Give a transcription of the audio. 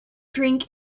drink